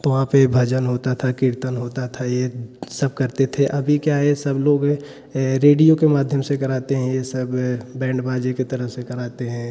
तो वहाँ पर भजन होता था कीर्तन होता था यह सब करते थे अभी क्या है यह सब लोग रेडियो के माध्यम से कराते हैं यह सब बैंड बाजे की तरफ से कराते हैं